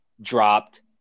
dropped